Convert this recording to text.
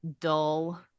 dull